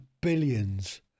billions